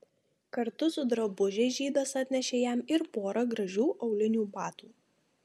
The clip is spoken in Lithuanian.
kartu su drabužiais žydas atnešė jam ir porą gražių aulinių batų